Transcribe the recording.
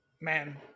Man